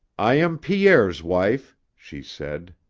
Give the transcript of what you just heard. i am pierre's wife, she said.